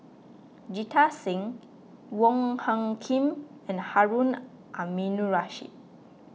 Jita Singh Wong Hung Khim and Harun Aminurrashid